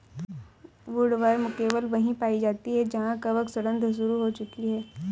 woodworm केवल वहीं पाई जाती है जहां कवक सड़ांध शुरू हो चुकी है